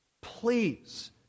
Please